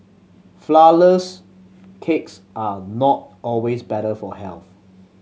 flourless cakes are not always better for health